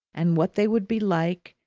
and what they would be like,